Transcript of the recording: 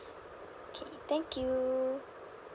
okay thank you